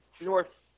North